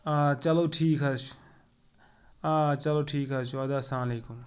آ چلو ٹھیٖک حظ چھُ آ چلو ٹھیٖک حظ چھُ اَدٕ حظ اسلام علیکُم